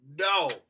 No